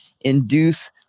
induce